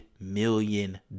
million